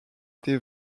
été